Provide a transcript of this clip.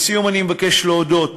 לסיום אני מבקש להודות,